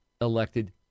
elected